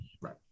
Right